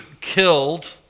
killed